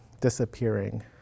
disappearing